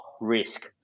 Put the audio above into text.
risk